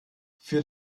für